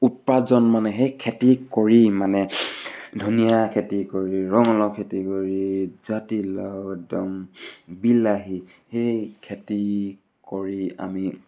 উপাৰ্জন মানে সেই খেতি কৰি মানে ধুনীয়া খেতি কৰি ৰঙালাও খেতি কৰি জাতিলাও একদম বিলাহী সেই খেতি কৰি আমি